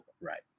Right